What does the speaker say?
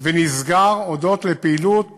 ונסגר הודות לפעילות